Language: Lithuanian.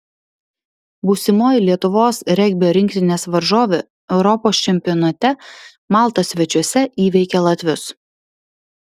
būsimoji lietuvos regbio rinktinės varžovė europos čempionate malta svečiuose įveikė latvius